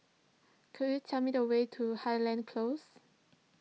could you tell me the way to Highland Close